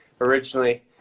originally